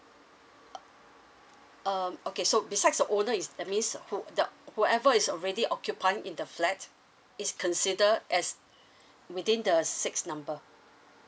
uh um okay so besides the owner is that means who the whoever is already occupying in the flat is consider as within the six number